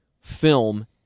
film